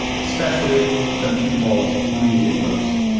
especially the people who need it most.